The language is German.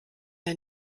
der